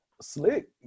slick